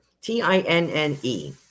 T-I-N-N-E